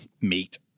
meat